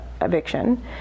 eviction